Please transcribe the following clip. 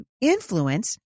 influence